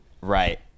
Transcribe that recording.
Right